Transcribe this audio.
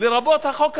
לרבות החוק הזה.